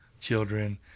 children